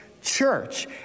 church